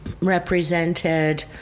represented